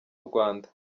rwanda